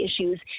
issues